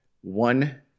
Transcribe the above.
One